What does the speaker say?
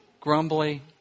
grumbly